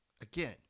Again